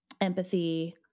empathy